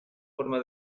forma